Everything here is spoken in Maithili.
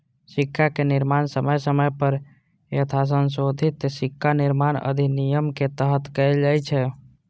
सिक्काक निर्माण समय समय पर यथासंशोधित सिक्का निर्माण अधिनियम के तहत कैल जाइ छै